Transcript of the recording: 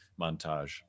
montage